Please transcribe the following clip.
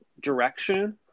direction